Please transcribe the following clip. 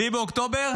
7 באוקטובר?